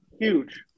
huge